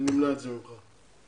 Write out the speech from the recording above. נמנע את זה ממך.